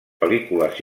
pel·lícules